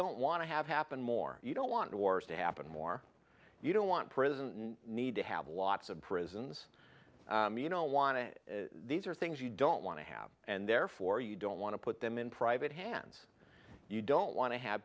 don't want to have happen more you don't want wars to happen more you don't want prison need to have lots of prisons you know want to these are things you don't want to have and therefore you don't want to put them in private hands you don't want to have